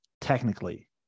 technically